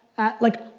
at like,